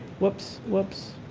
whoops. whoops.